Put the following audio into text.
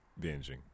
binging